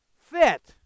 fit